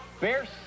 Bears